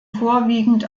vorwiegend